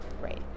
Great